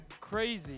Crazy